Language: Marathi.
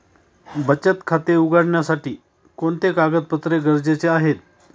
बचत खाते उघडण्यासाठी कोणते कागदपत्रे गरजेचे आहे?